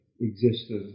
existed